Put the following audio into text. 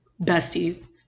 Besties